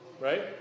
Right